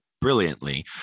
brilliantly